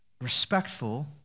respectful